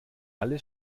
alle